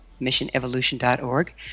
missionevolution.org